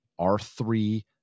R3